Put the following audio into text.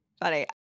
funny